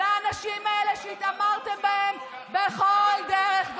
לאנשים האלה שהתעמרתם בהם בכל דרך,